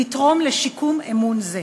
לתרום לשיקום אמון זה.